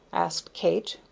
asked kate.